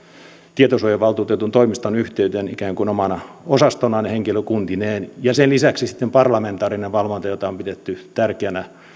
tietosuojavaltuutetun toimiston yhteyteen ikään kuin omana osastonaan ja omine henkilökuntineen ja sen lisäksi on sitten parlamentaarinen valvonta jota on pidetty tärkeänä se